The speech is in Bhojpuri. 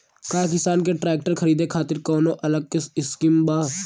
का किसान के ट्रैक्टर खरीदे खातिर कौनो अलग स्किम बा?